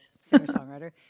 singer-songwriter